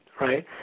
right